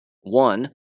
One